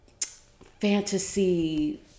fantasy